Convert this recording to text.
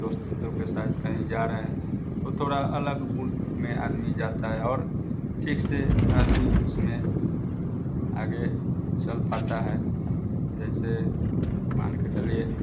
दोस्तों के साथ कहीं जा रहे हैं तो थोड़ा अलग मूड में आदमी जाता है और ठीक से आदमी उसमें आगे चल पाता है जैसे मान के चलिए